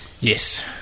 Yes